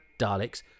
daleks